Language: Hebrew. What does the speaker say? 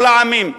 כל העמים,